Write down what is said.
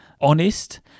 honest